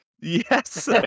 yes